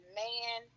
man